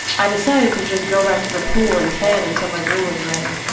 i decided to just go back to the pool and tan until my room was ready.